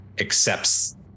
accepts